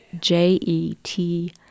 J-E-T